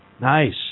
Nice